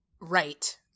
Right